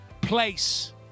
place